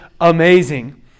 amazing